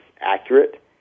Accurate